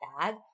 bag